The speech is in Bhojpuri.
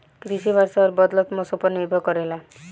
कृषि वर्षा और बदलत मौसम पर निर्भर करेला